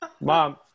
Mom